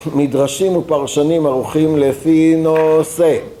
מדרשים ופרשנים ערוכים לפי נושא.